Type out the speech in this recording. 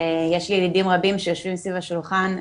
יש לי ידידים רבים שיושבים סביב השולחן,